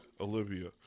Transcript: olivia